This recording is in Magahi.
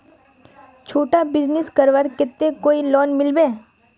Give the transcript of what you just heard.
छोटो बिजनेस करवार केते कोई लोन मिलबे?